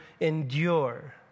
endure